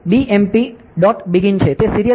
begin છે તે serial